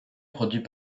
produit